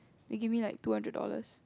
they give me like two hundred dollars